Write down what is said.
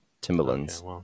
Timberlands